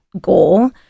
goal